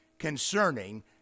concerning